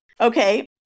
Okay